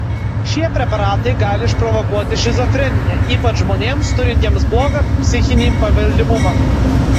šie preparatai gali išprovokuoti šizofreniją ypač žmonėms turintiems blogą psichinį paveldimumą